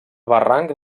barranc